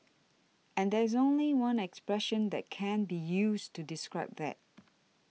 and there's only one expression that can be used to describe that